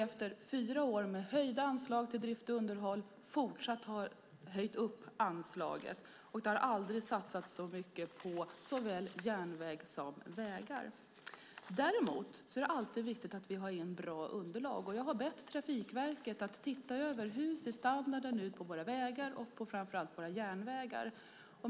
Efter fyra år med höjda anslag till drift och underhåll har vi fortsatt att höja anslaget, och det har aldrig satsats så mycket på såväl järnväg som vägar. Däremot är det alltid viktigt att vi får in bra underlag. Jag har bett Trafikverket att se över hur standarden på våra vägar och framför allt på våra järnvägar ser ut.